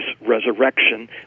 resurrection